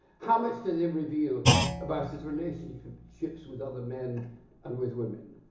how much do they reveal about his relationships with other men and with women?